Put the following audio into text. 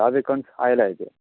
धा वॅकंट आयला